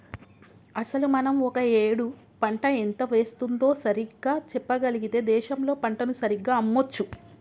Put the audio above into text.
అసలు మనం ఒక ఏడు పంట ఎంత వేస్తుందో సరిగ్గా చెప్పగలిగితే దేశంలో పంటను సరిగ్గా అమ్మొచ్చు